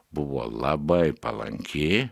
buvo labai palanki